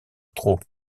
trot